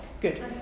good